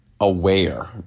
aware